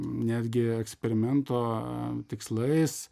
netgi eksperimento tikslais